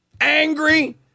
angry